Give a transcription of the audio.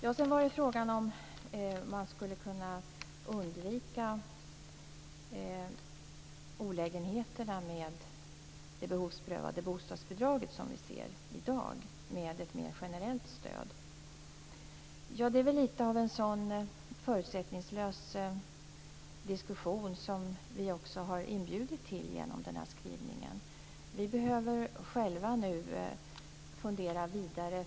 Sedan var det frågan om huruvida man skulle kunna undvika de olägenheter med det behovsprövade bostadsbidrag som vi ser i dag med ett mer generellt stöd. Ja, det är väl lite av en sådan förutsättningslös diskussion som vi också har inbjudit till genom den här skrivningen. Vi behöver själva nu fundera vidare.